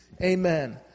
Amen